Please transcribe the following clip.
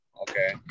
Okay